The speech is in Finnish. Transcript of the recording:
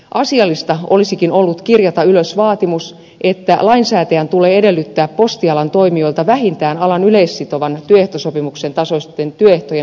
asiallista olisikin ollut kirjata ylös vaatimus että lainsäätäjän tulee edellyttää postialan toimijoilta vähintään alan yleissitovan työehtosopimuksen tasoisten työehtojen noudattamista